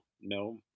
no